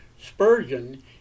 Spurgeon